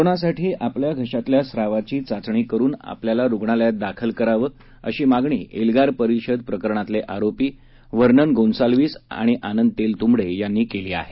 कोरोनासाठी आपल्या घशातल्या स्त्रावाची चाचणी करुन आपल्याला रुग्णालयात दाखल करावं अशी मागणी एल्गार परिषद प्रकरणातले आरोपी व्हर्नन गोन्सालवीस आणि आनंद तेलतुंबडे यांनी केली आहे